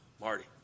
Marty